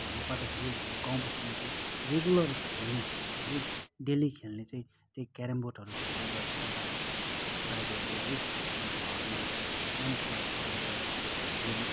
भन्नुपर्दाखेरि हाम्रो गाउँ बस्तीमा चाहिँ रेगुलर खेल्ने है डेली खेल्ने चाहिँ त्यही केरमबोर्डहरू खेल्ने गर्दछ बाजे बोजूले बाजेहरूले है एउटा घरमा एउटा सानो क्लब हाउसमा गएर एउटा गेम